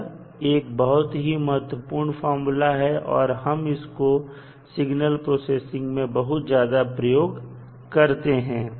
यह एक बहुत ही महत्वपूर्ण फार्मूला है और हम इसको सिगनल प्रोसेसिंग में बहुत ज्यादा प्रयोग करते हैं